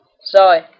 Sorry